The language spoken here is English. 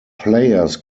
players